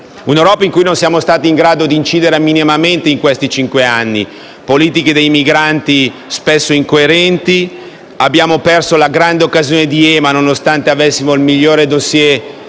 Un'Europa in cui non siamo stati in grado di incidere minimamente in questi cinque anni; politiche dei migranti spesso incoerenti; abbiamo perso la grande occasione di EMA, nonostante avessimo il migliore *dossier*